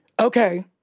okay